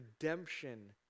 redemption